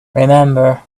remember